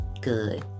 good